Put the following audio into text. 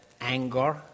anger